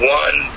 one